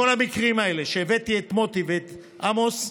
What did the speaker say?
בכל המקרים האלה שהבאתי את מוטי ואת עמוס,